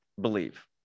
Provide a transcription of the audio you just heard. believe